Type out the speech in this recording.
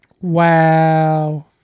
Wow